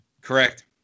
correct